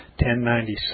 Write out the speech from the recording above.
1096